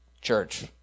church